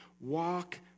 walk